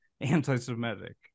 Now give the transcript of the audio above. anti-semitic